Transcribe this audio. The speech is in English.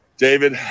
David